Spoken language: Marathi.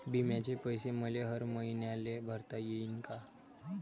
बिम्याचे पैसे मले हर मईन्याले भरता येईन का?